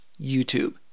YouTube